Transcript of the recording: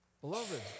Beloved